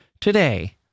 today